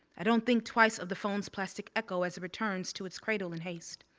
i don't think twice of the phone's plastic echo as it returns to its cradle in haste.